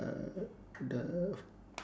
uh the